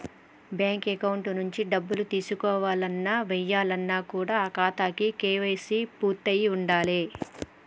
bank account నుంచి డబ్బులు తీసుకోవాలన్న, ఏయాలన్న కూడా ఆ ఖాతాకి కేవైసీ పూర్తయ్యి ఉండాలే